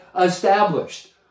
established